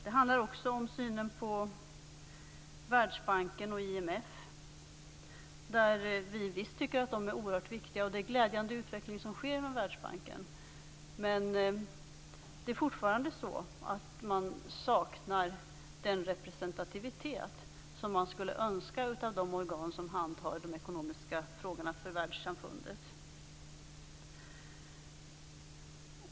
Det handlar också om synen på Världsbanken och IMF. Vi tycker visst att de är oerhört viktiga och att den utveckling som sker inom Världsbanken är glädjande. Men fortfarande saknas den representativitet som man skulle önska av de organ som handhar de ekonomiska frågorna för världssamfundet.